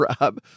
Rob